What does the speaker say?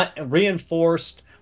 reinforced